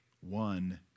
one